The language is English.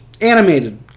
Animated